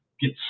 get